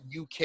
uk